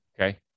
okay